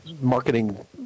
marketing